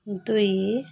दुई